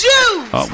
Jews